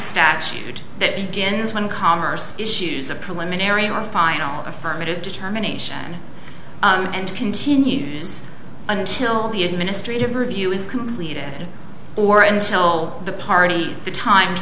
statute that begins when commerce issues a preliminary or final affirmative determination and continues until the administrative review is completed or until the party the time